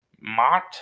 Mott